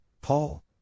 Paul